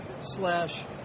slash